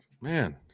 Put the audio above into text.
man